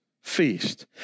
feast